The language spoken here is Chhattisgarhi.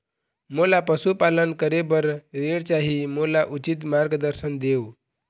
मोला पशुपालन करे बर ऋण चाही, मोला उचित मार्गदर्शन देव?